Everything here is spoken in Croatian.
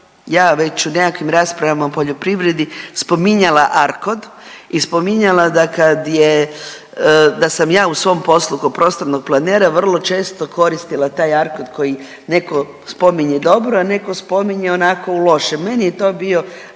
ja već u nekakvim raspravama o poljoprivredi spominjala ARKOD i spominjala da kad je, da sam ja u svom poslu kod prostornog planiranja vrlo često koristila taj ARKOD koji neko spominje dobro, a neko spominje onako u loše, meni je to bio